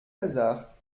hasard